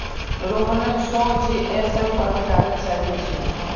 रोहनक सौ जीएसएम वाला काग़ज़ चाहिए छिले